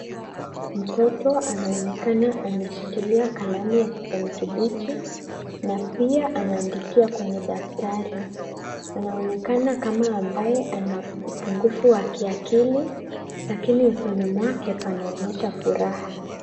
Mtoto anaonekana ameshikilia kalamu ya kijani kibichi na pia anaandikia kwenye daftari. Anaonekana kama ambaye ana upungufu wa kiakili lakini usoni mwake panaonyesha furaha.